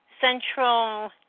central